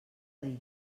dir